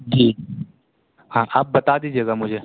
جی ہاں آپ بتا دیجیے گا مجھے